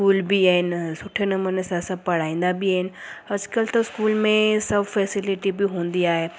school बि आहिनि सुठे नमूने सां सभु पढ़ाईंदा बि आहिनि अॼुकल्ह त स्कूल में सभु फैसिलिटी बि हूंदी आहे